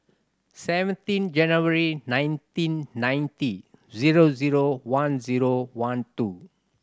seventeen January nineteen ninety zero zero one zero one two